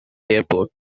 airport